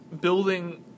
building